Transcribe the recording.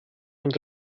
und